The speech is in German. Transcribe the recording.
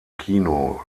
kino